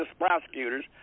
prosecutors